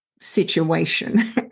situation